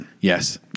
Yes